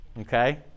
Okay